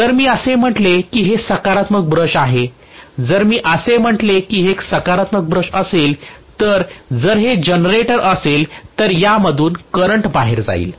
जर मी असे म्हटले की हे एक सकारात्मक ब्रश आहे जर मी असे म्हटले की हे एक सकारात्मक ब्रश असेल तर जर हे जनरेटर असेल तर यामधून करंट बाहेर येईल